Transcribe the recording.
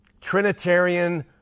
Trinitarian